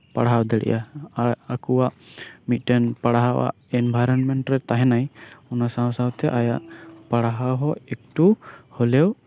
ᱯᱟᱲᱦᱟᱣ ᱫᱟᱲᱮᱭᱟᱜ ᱟ ᱟᱨ ᱟᱠᱩᱣᱟᱜ ᱢᱤᱫᱴᱮᱱ ᱯᱟᱲᱦᱟᱣᱟᱜ ᱤᱱᱵᱷᱟᱨᱢᱮᱱᱴ ᱨᱮ ᱛᱟᱦᱮᱱᱟᱭ ᱚᱱᱟ ᱥᱟᱶ ᱥᱟᱶᱛᱮ ᱟᱭᱟᱜ ᱯᱟᱲᱦᱟᱣ ᱦᱚᱸ ᱮᱠᱴᱩ ᱦᱚᱞᱮᱣ